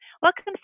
Welcome